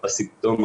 בסימפטום,